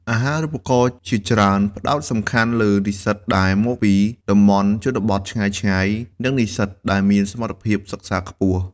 អាហារូបករណ៍ជាច្រើនផ្ដោតសំខាន់លើនិស្សិតដែលមកពីតំបន់ជនបទឆ្ងាយៗ និងនិស្សិតដែលមានសមត្ថភាពសិក្សាខ្ពស់។